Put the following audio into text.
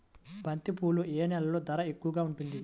బంతిపూలు ఏ నెలలో ధర ఎక్కువగా ఉంటుంది?